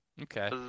Okay